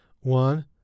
One